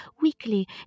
weekly